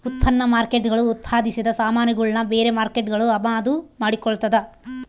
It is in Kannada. ಉತ್ಪನ್ನ ಮಾರ್ಕೇಟ್ಗುಳು ಉತ್ಪಾದಿಸಿದ ಸಾಮಾನುಗುಳ್ನ ಬೇರೆ ಮಾರ್ಕೇಟ್ಗುಳು ಅಮಾದು ಮಾಡಿಕೊಳ್ತದ